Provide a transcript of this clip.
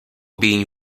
being